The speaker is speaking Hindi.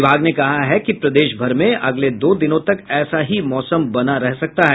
विभाग ने कहा है कि प्रदेश भर में अगले दो दिनों तक ऐसा ही मौसम बना रह सकता है